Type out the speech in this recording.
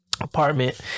apartment